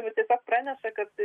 nu taip pat praneša kad